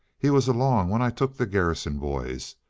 he was along when i took the garrison boys,